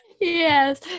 yes